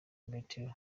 matteo